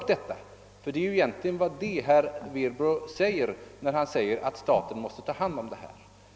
Ty det är egentligen innebörden i herr Werbros yttrande att staten bör vidta åtgärder i detta fall.